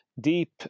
deep